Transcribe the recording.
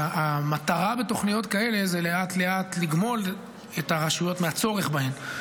המטרה בתוכניות כאלה היא לאט-לאט לגמול את הרשויות מהצורך בהן.